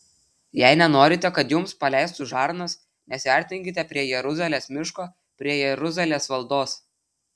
jei nenorite kad jums paleistų žarnas nesiartinkite prie jeruzalės miško prie jeruzalės valdos